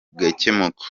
bigakemuka